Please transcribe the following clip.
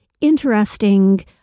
interesting